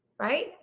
right